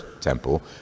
temple